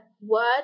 word